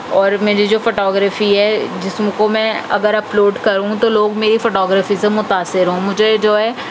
اور میری جو فوٹو گرافی ہے جسم کو میں اگر اپلوڈ کروں تو لوگ میری فوٹو گرافی سے متاثر ہوں مجھے جو ہے